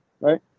right